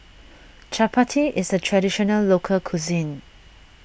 Chapati is a Traditional Local Cuisine